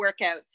workouts